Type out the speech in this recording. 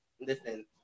listen